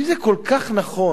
אם זה כל כך נכון,